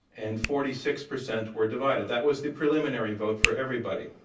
and forty six percent were divided. that was the preliminary vote for everybody.